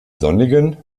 sonnigen